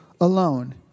alone